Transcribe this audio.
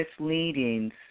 misleadings